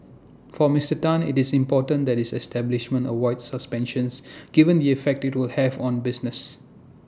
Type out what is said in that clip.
for Mister Tan IT is important that his establishment avoids suspensions given the effect IT will have on business